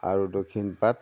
আৰু দক্ষিণপাত